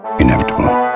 inevitable